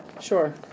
Sure